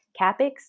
CAPEX